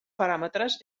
paràmetres